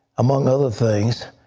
among other things,